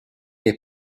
est